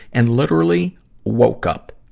and literally woke up.